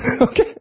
Okay